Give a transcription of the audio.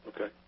Okay